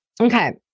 Okay